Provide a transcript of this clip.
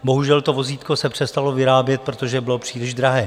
Bohužel, to vozítko se přestalo vyrábět, protože bylo příliš drahé.